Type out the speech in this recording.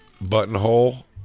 buttonhole